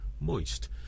moist